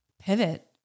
pivot